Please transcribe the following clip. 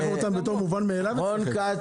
גם הוכחת